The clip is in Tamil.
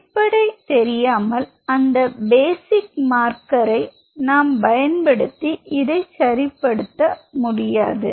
அடிப்படை தெரியாமல் அந்த பேசிக் மார்க்கர் பயன்படுத்தி இதை சரிப்படுத்த முடியாது